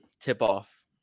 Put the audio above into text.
tip-off